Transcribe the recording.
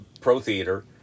pro-theater